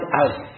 out